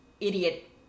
idiot